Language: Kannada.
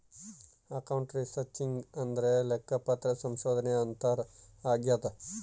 ಅಕೌಂಟ್ ರಿಸರ್ಚಿಂಗ್ ಅಂದ್ರೆ ಲೆಕ್ಕಪತ್ರ ಸಂಶೋಧನೆ ಅಂತಾರ ಆಗ್ಯದ